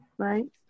Right